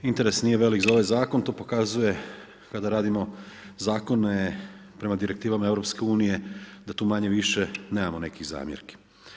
Interes nije velik za ovaj zakon, to pokazuje kada radimo zakone prema direktivama EU da tu manje-više nemamo nekih zamjerki.